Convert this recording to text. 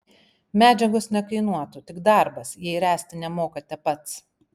medžiagos nekainuotų tik darbas jei ręsti nemokate pats